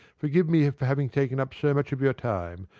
forgive me for having taken up so much of your time,